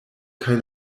kaj